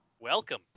Welcome